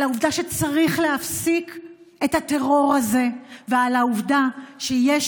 על העובדה שצריך להפסיק את הטרור הזה ועל העובדה שיש